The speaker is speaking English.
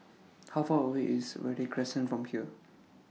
How Far away IS Verde Crescent from here